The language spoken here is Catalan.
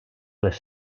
les